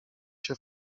się